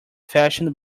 fashioned